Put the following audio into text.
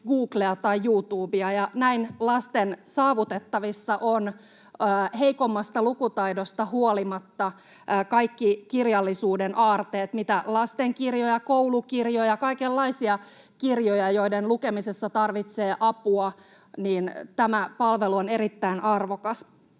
Googlea tai YouTubea. Näin lasten saavutettavissa ovat heikommasta lukutaidosta huolimatta kaikki kirjallisuuden aarteet — lastenkirjoja, koulukirjoja, kaikenlaisia kirjoja — joiden lukemisessa tarvitsee apua. Tämä palvelu on erittäin arvokas.